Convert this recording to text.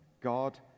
God